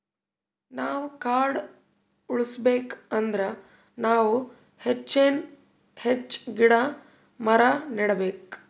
ನಾವ್ ಕಾಡ್ ಉಳ್ಸ್ಕೊಬೇಕ್ ಅಂದ್ರ ನಾವ್ ಹೆಚ್ಚಾನ್ ಹೆಚ್ಚ್ ಗಿಡ ಮರ ನೆಡಬೇಕ್